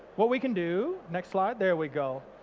what we can do, next slide, there we go.